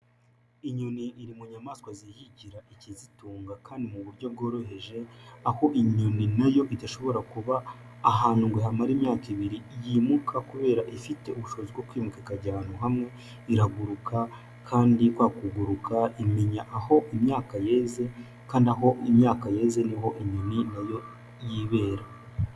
Inyoni iri mu nyamaswa zihigira ikizitunga kandi mu buryo bworoheje, aho inyoni nayo idashobora kuba ahantu ngo hamara imyaka ibiri, yimuka kubera ifite ubushobozi bwo kwimuka ikajya ahantu hamwe, iraguruka ,kandi kwa kuguruka imenya aho imyaka yeze, kandi aho imyaka yeze niho inyoni na yo yibera.